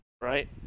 right